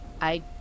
I-